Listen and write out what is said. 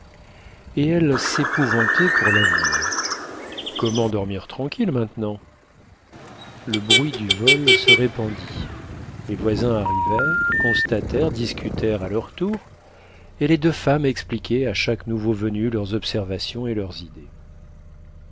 et elles s'épouvantaient pour l'avenir comment dormir tranquilles maintenant le bruit du vol se répandit les voisins arrivèrent constatèrent discutèrent à leur tour et les deux femmes expliquaient à chaque nouveau venu leurs observations et leurs idées